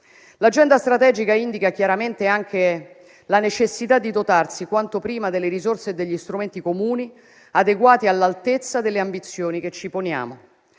L'agenda strategica indica chiaramente anche la necessità di dotarsi quanto prima delle risorse e degli strumenti comuni adeguati all'altezza delle ambizioni che ci poniamo.